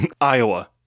Iowa